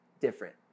different